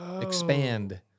expand